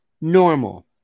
Normal